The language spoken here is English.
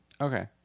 Okay